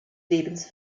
lebens